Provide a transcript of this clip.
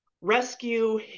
rescue